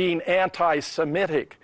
being anti semitic